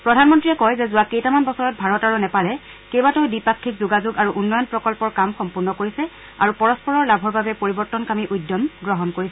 প্ৰধানমন্ত্ৰীয়ে কয় যে যোৱা কেইটামান বছৰত ভাৰত আৰু নেপালে কেইবাটাও দ্বিপাক্ষিক যোগাযোগ আৰু উন্নয়ন প্ৰকল্পৰ কাম সম্পূৰ্ণ কৰিছে আৰু পৰস্পৰৰ লাভৰ বাবে পৰিৱৰ্তনকামী উদ্যম গ্ৰহণ কৰিছে